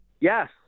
Yes